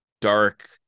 dark